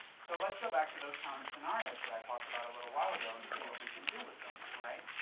so let's go back to those common scenarios that i talked about a little while ago and see what what we can do with them, right.